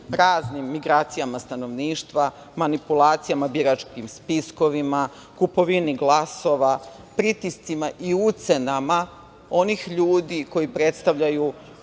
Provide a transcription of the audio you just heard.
raznim migracijama stanovništva, manipulacijama biračkim spiskovima, kupovini glasova, pritiscima i ucenama onih ljudi koji predstavljaju